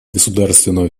государственного